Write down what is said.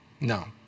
No